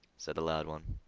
said the loud one.